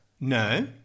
No